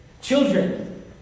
Children